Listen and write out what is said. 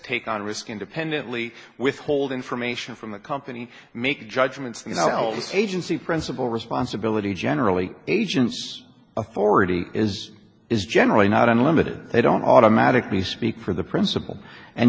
take on risk independently withhold information from the company make judgments the eldest agency principal responsibility generally agency authority is is generally not unlimited they don't automatically speak for the principal and